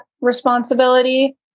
responsibility